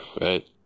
right